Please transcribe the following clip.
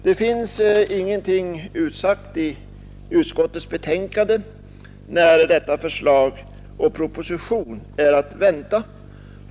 Det finns ingenting utsagt i utskottets betänkande om när detta förslag och en proposition är att vänta.